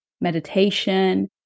meditation